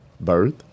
birth